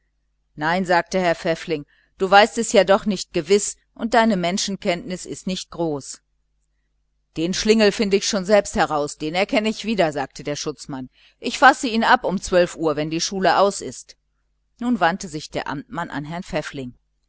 nein sagte herr pfäffling du weißt es ja doch nicht gewiß und deine menschenkenntnis ist nicht groß den schlingel finde ich schon selbst heraus den erkenne ich wieder sagte der schutzmann ich fasse ihn ab um uhr wenn die schule aus ist nun wandte sich der amtmann an herrn pfäffling